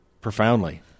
profoundly